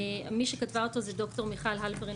מי שכתבה אותו זה דוקטור מיכל הלפרין